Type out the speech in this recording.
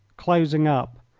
closing up,